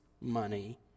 money